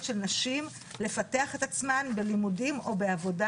של נשים לפתח את עצמן בלימודים או בעבודה.